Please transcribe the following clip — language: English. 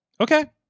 Okay